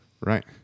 Right